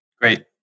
Great